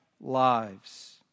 lives